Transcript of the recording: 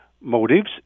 motives